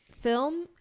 film